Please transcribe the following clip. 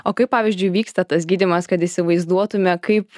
o kaip pavyzdžiui vyksta tas gydymas kad įsivaizduotume kaip